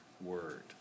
word